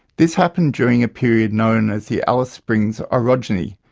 this happened during a period known as the alice springs orogeny,